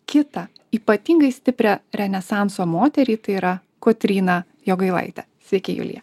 kitą ypatingai stiprią renesanso moterį tai yra kotryną jogailaitę sveiki julija